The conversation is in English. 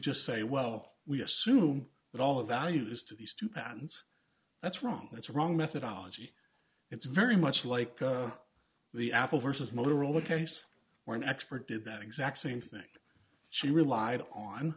just say well we assume that all the values to these two patents that's wrong that's wrong methodology it's very much like the apple versus motorola case or an expert did that exact same thing she relied on